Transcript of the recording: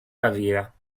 carriera